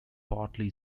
partly